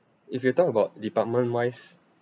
if you talk about department wise